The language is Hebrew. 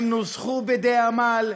הם נוסחו בדי עמל,